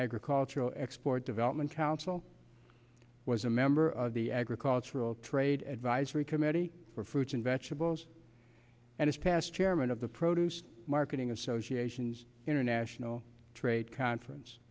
agricultural export development council was a member of the agricultural trade advisory committee for fruits and vegetables and is past chairman of the produce marketing association's international trade conference